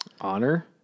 Honor